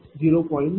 95 p